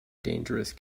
dangerous